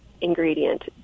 ingredient